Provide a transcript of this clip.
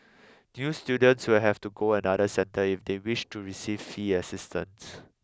new students will have to go another centre if they wish to receive fee assistance